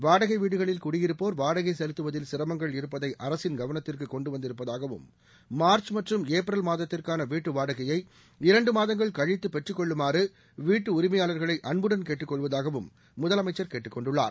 வாடகை வீடுகளில் குடியிருப்போர் வாடகை செலுத்துவதில் சிரமங்கள் இருப்பதை அரசின் கவனத்திற்கு கொண்டு வந்திருப்பதாகவும் மாா்ச் மற்றும் ஏப்ரல் மாதத்திற்கான வீட்டு வாடகையை இரண்டு மாதங்கள் கழித்து பெற்று கொள்ளுமாறு வீட்டு உரிமையாளர்களை அன்புடன் கேட்டுக் கொள்வதாகவும் முதலமைச்சர் கேட்டுக் கொண்டுள்ளார்